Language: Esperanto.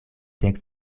dek